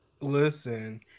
listen